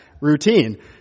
routine